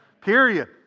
period